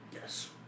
Yes